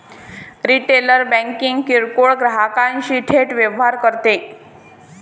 retail banking किरकोळ ग्राहकांशी थेट व्यवहार करते